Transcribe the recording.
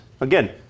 Again